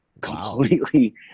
completely